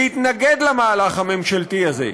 להתנגד למהלך הממשלתי הזה.